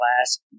class